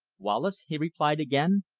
wallace, he replied again,